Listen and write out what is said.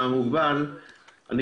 בבקשה.